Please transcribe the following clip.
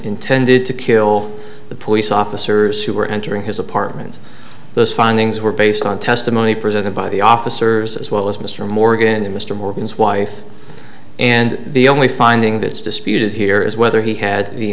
intended to kill the police officers who were entering his apartment those findings were based on testimony presented by the officers as well as mr morgan mr morgan's wife and the only finding that is disputed here is whether he had the